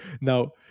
now